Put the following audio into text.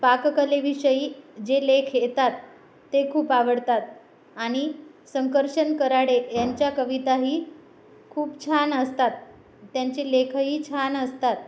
पाककलेविषयी जे लेख येतात ते खूप आवडतात आणि संकर्षण कऱ्हाडे यांच्या कविताही खूप छान असतात त्यांचे लेखही छान असतात